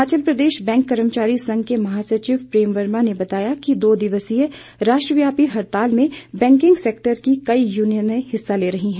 Himachal Pradesh bank कर्मचारी संघ के महासचिव प्रेम वर्मा ने बताया कि दो दिवसीय राष्ट्रव्यापी हड़ताल में बैंकिंग सैक्टर की कई यूनियने हिस्सा ले रही हैं